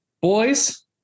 boys